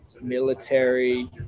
military